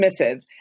dismissive